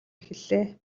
эхэллээ